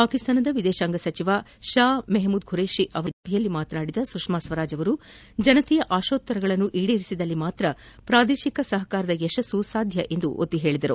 ಪಾಕಿಸ್ತಾನದ ವಿದೇಶಾಂಗ ಸಚಿವ ಷಾ ಮೆಹಮೂದ್ ಖುರೇಷ ಅವರೂ ಭಾಗವಹಿಸಿದ್ದ ಸಭೆಯಲ್ಲಿ ಮಾತನಾಡಿದ ಸುಷ್ನಾ ಸ್ವರಾಜ್ ಜನತೆಯ ಆಶೋತ್ತರಗಳನ್ನು ಈಡೇರಿಸಿದ್ದಲ್ಲಿ ಮಾತ್ರ ಪ್ರಾದೇಶಿಕ ಸಹಕಾರದ ಯಶಸ್ಲು ಸಾಧ್ಯ ಎಂದು ಒತ್ತಿ ಹೇಳಿದರು